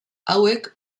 hauek